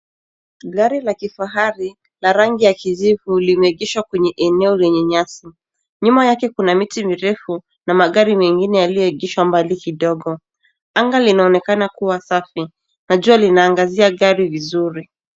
Gari la kifahari na rangi ya kijivu limegeshwa kwenye eneo lenye nyasi, nyuma yake kuna miti mirefu na magari mengine yaliyoegeshwa mbali kidogo ,anga linaonekana kuwa safi najua linaangazia gari vizuri.